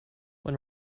when